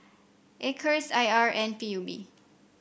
Acres I R and P U B